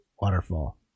waterfall